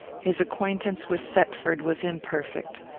his acquaintance with thetford was imperfect.